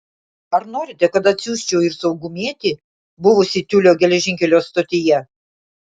ar norite kad atsiųsčiau ir saugumietį buvusį tiulio geležinkelio stotyje